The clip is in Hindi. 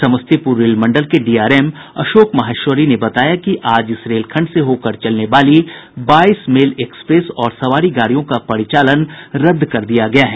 समस्तीपुर रेल मंडल के डीआरएम अशोक माहेश्वरी ने बताया कि आज इस रेल खंड से होकर चलने वाली बाईस मेल एक्सप्रेस और सवारी गाड़ियों का परिचालन रद्द कर दिया गया है